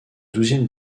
douzième